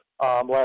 last